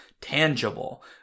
tangible